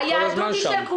את כל הזמן שם.